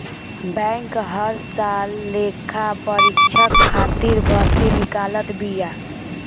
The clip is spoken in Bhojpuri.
बैंक हर साल लेखापरीक्षक खातिर भर्ती निकालत बिया